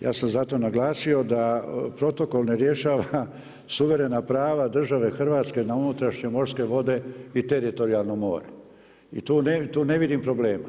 Ja sam zato naglasio da protokol ne rješava suverena prava države Hrvatske na unutrašnje morske vode i teritorijalno more i tu ne vidim problema.